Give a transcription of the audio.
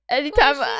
anytime